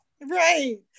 right